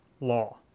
law